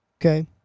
okay